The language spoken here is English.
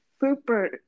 Super